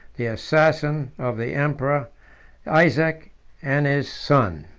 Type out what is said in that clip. the assassin of the emperor isaac and his son.